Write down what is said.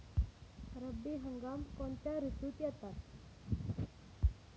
रब्बी हंगाम कोणत्या ऋतूत येतात?